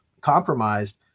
compromised